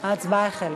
ההצבעה החלה.